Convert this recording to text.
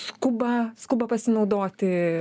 skuba skuba pasinaudoti